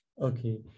Okay